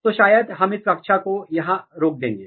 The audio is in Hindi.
तो शायद हम इस कक्षा को यहाँ रोक देंगे